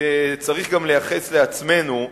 שצריך גם לייחס לעצמנו,